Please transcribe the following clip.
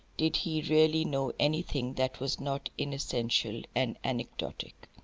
did he really know anything that was not inessential and anecdotic.